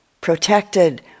protected